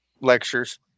lectures